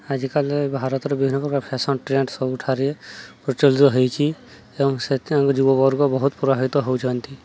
ଆଜିକାଲି ଭାରତରେ ବିଭିନ୍ନ ପ୍ରକାର ଫ୍ୟାସନ୍ ଟ୍ରେଣ୍ଡ ସବୁଠାରେ ପ୍ରଚଳିତ ହେଇଛି ଏବଂ ସେଥିଙ୍କ ଯୁବବର୍ଗ ବହୁତ ପ୍ରଭାବିତ ହେଉଛନ୍ତି